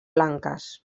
blanques